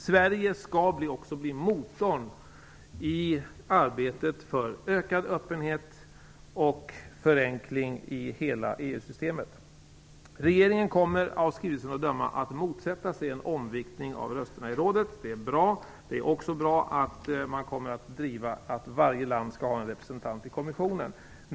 Sverige skall också bli motorn i arbetet för ökad öppenhet och förenkling i hela EU-systemet. Regeringen kommer av skrivelsen att döma att motsätta sig en omviktning av rösterna i rådet. Det är bra. Det är också bra att man kommer att driva kravet att varje land skall ha en representant i kommissionen.